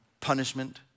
punishment